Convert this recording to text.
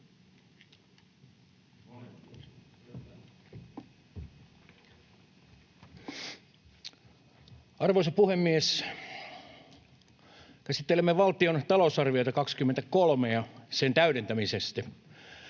Arvoisa puhemies! Käsittelemme valtion talousarviota 23 ja sen täydentämistä.